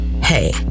Hey